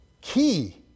key